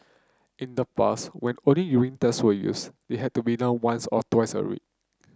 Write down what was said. in the past when only urine tests were used they had to be done once or twice a week